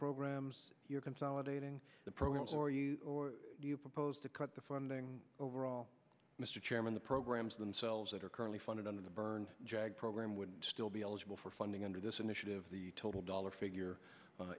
programs or consolidating the programs for you or do you propose to cut the funding overall mr chairman the programs themselves that are currently funded under the burn program would still be eligible for funding under this initiative the total dollar figure